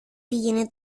πήγαινε